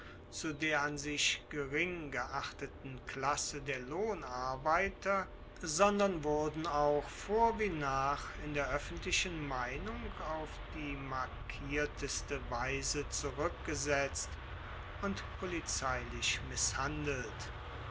zu der an sich gering geachteten klasse der lohnarbeiter sondern wurden auch vor wie nach in der oeffentlichen meinung auf die markierteste weise zurueckgesetzt und polizeilich misshandelt